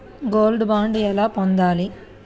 Gold bond ఎలా పొందాలి?